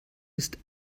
ist